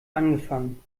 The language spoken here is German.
angefangen